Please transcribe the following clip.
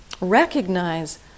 recognize